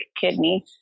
kidney